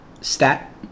stat